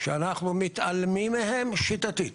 שאנחנו מתעלמים מהם שיטתית.